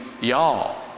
y'all